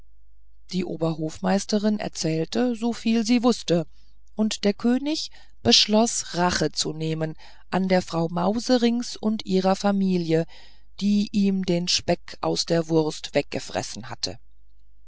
die oberhofmeisterin erzählte soviel sie wußte und der könig beschloß rache zu nehmen an der frau mauserinks und ihrer familie die ihm den speck aus der wurst weggefressen hatten